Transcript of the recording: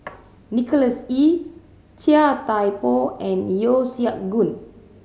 Nicholas Ee Chia Thye Poh and Yeo Siak Goon